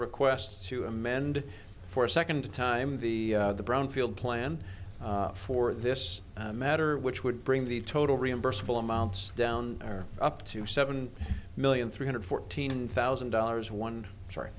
request to amend for a second time the brownfield plan for this matter which would bring the total reimbursable amounts down or up to seven million three hundred fourteen thousand dollars one sorry